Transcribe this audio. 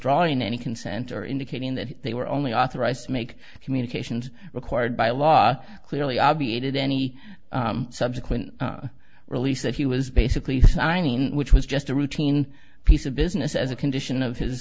withdrawing any consent or indicating that they were only authorized to make communications required by law clearly obviated any subsequent release that he was basically signing which was just a routine piece of business as a condition of his